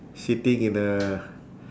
sitting in a